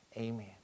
amen